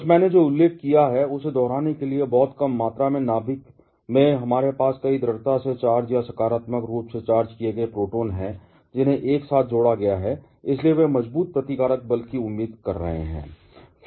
बस मैंने जो उल्लेख किया है उसे दोहराने के लिए बहुत कम मात्रा में नाभिक में हमारे पास कई दृढ़ता से चार्ज या सकारात्मक रूप से चार्ज किए गए प्रोटॉन हैं जिन्हें एक साथ जोड़ा गया है और इसलिए वे मजबूत प्रतिकारक बल की उम्मीद कर रहे हैं